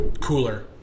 cooler